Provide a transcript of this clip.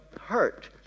hurt